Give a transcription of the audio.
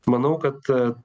manau kad